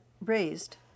raised